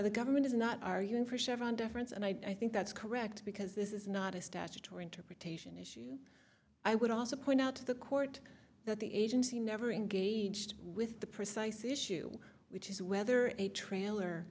the government is not arguing for seven difference and i think that's correct because this is not a statutory interpretation issue i would also point out to the court that the agency never engaged with the precise issue which is whether a trailer